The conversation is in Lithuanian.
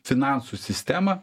finansų sistemą